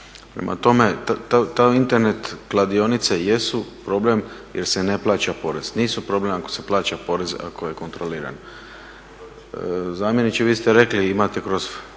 Prema tome, te Internet kladionice jesu problem jer se ne plaća porez. Nisu problem ako se plaća porez ako je kontroliran. Zamjeniče vi ste rekli imate kroz